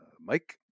Mike